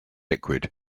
liquid